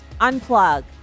Unplug